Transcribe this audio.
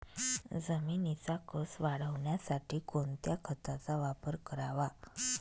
जमिनीचा कसं वाढवण्यासाठी कोणत्या खताचा वापर करावा?